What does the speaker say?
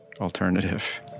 alternative